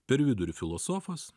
per vidurį filosofas